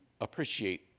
appreciate